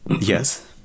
Yes